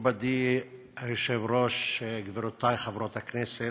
מכובדי היושב-ראש, גבירותי חברות הכנסת,